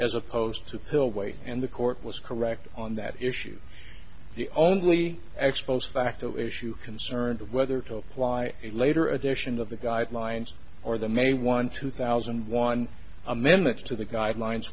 as opposed to pill weight and the court was correct on that issue the only expos facto issue concerns of whether to apply a later edition of the guidelines or the may one two thousand and one amendments to the guidelines